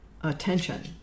attention